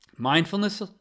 Mindfulness